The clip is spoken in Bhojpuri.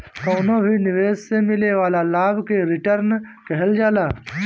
कवनो भी निवेश से मिले वाला लाभ के रिटर्न कहल जाला